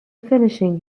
finishing